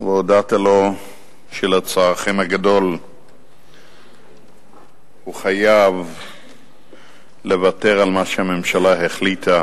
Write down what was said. והודעת לו שלצערכם הגדול הוא חייב לוותר על מה שהממשלה החליטה,